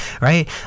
right